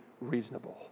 reasonable